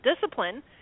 discipline